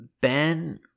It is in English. Ben